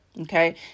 okay